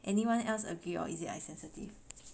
anyone else agree or is it I sensitive